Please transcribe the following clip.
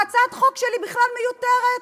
הצעת החוק שלי בכלל מיותרת.